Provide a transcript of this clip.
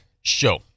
show